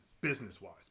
business-wise